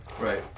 Right